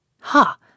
Ha